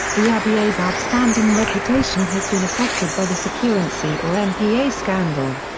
the rba's outstanding reputation has been affected by the securency or npa scandal.